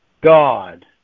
God